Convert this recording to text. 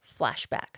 flashback